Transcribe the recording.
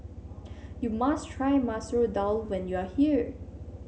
you must try Masoor Dal when you are here